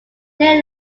ley